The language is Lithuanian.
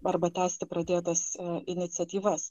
arba tęsti pradėtas iniciatyvas